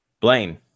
blaine